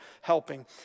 helping